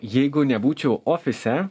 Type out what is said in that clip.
jeigu nebūčiau ofise